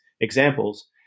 examples